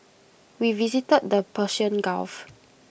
we visited the Persian gulf